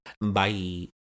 bye